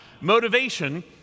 Motivation